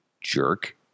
Jerk